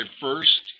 first